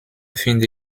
finde